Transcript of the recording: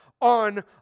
on